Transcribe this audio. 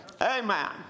Amen